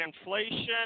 inflation